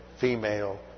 female